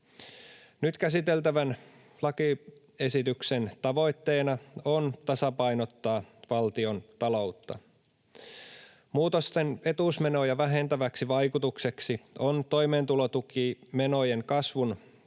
Nyt käsiteltävän lakiesityksen tavoitteena on tasapainottaa valtiontaloutta. Muutosten etuusmenoja vähentäväksi vaikutukseksi on toimeentulotukimenojen kasvu